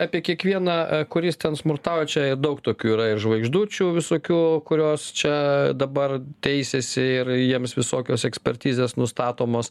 apie kiekvieną kuris ten smurtauja čia daug tokių yra ir žvaigždučių visokių kurios čia dabar teisiasi ir jiems visokios ekspertizės nustatomos